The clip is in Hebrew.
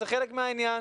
זה חלק מהעניין.